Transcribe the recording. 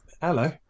hello